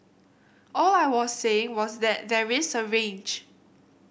all I was saying was that there is a range